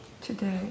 Today